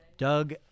Doug